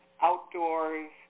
outdoors